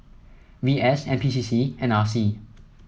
V S N P C C and R C